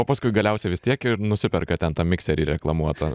o paskui galiausiai vis tiek ir nusiperka ten tą mikserį reklamuotą